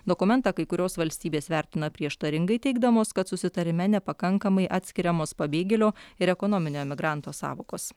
dokumentą kai kurios valstybės vertina prieštaringai teigdamos kad susitarime nepakankamai atskiriamos pabėgėlio ir ekonominio emigranto sąvokos